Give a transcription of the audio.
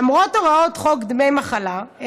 למרות הוראות חוק דמי מחלה,